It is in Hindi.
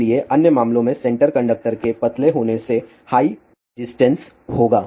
इसलिए अन्य मामलों में सेंटर कंडक्टर के पतले होने से हाई रेजिस्टेंस होगा